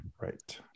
right